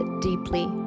deeply